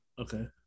okay